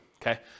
Okay